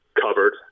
covered